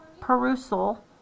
perusal